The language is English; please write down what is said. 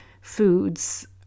foods